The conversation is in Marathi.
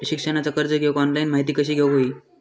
शिक्षणाचा कर्ज घेऊक ऑनलाइन माहिती कशी घेऊक हवी?